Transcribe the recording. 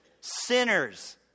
sinners